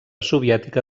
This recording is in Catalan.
soviètica